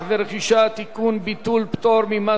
ביטול פטור ממס שבח לתושב חוץ),